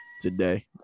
Today